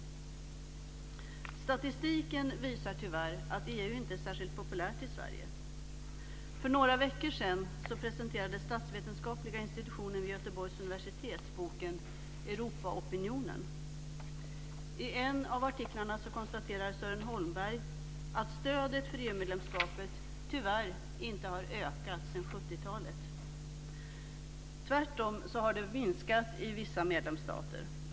Statistiken visar tyvärr att EU inte är särskilt populärt i Sverige. För några veckor sedan presenterade statsvetenskapliga institutionen vid Göteborgs universitet boken Europaopinionen. I en av artiklarna konstaterar Sören Holmberg att stödet för EU medlemskapet tyvärr inte har ökat sedan 70-talet. Tvärtom har det minskat i vissa medlemsstater.